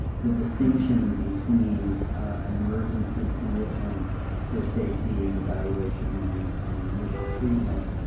the distinction between an emergency commitment for safety and evaluation and and the initial treatment,